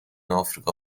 آفریقا